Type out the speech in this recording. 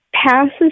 Passes